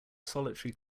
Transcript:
solitary